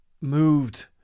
moved